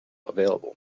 available